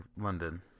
London